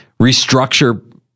restructure